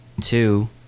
two